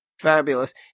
fabulous